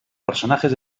personajes